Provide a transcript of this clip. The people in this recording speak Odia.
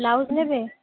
ବ୍ଲାଉଜ୍ ନେବେ